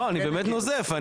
אני באמת נוזף.